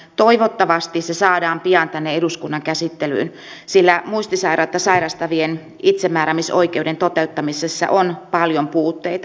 toivottavasti se saadaan pian tänne eduskunnan käsittelyyn sillä muistisairautta sairastavien itsemääräämisoikeuden toteuttamisessa on paljon puutteita